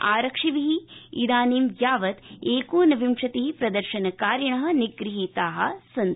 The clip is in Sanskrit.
आरक्षिभिः व्विनीं यावत् एकोनविंशतिः प्रदर्शनकारिणः निग्हीताः सन्ति